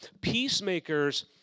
peacemakers